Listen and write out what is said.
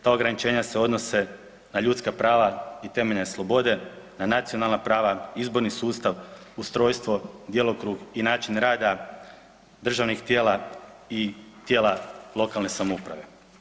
Ta ograničenja se odnose na ljudska prava i temeljne slobode, na nacionalna prava, izborni sustav, ustrojstvo, djelokrug i način rada državnih tijela i tijela lokalne samouprave.